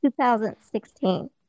2016